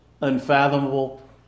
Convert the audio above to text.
unfathomable